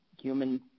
human